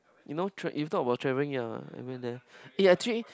you know tra~ you talk about travelling ya I went there eh actually